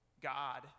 God